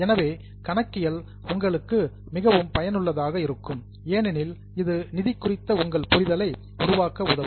எனவே கணக்கியல் உங்களுக்கு மிகவும் பயனுள்ளதாக இருக்கும் ஏனெனில் இது நிதி குறித்த உங்கள் புரிதலை உருவாக்க உதவும்